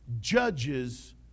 judges